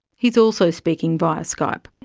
he's also speaking via skype.